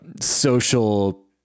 social